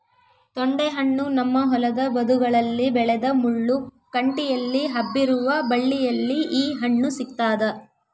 ತೊಂಡೆಹಣ್ಣು ನಮ್ಮ ಹೊಲದ ಬದುಗಳಲ್ಲಿ ಬೆಳೆದ ಮುಳ್ಳು ಕಂಟಿಯಲ್ಲಿ ಹಬ್ಬಿರುವ ಬಳ್ಳಿಯಲ್ಲಿ ಈ ಹಣ್ಣು ಸಿಗ್ತಾದ